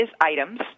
items